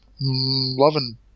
loving